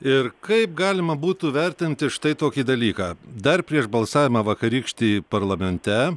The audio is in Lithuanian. ir kaip galima būtų vertinti štai tokį dalyką dar prieš balsavimą vakarykštį parlamente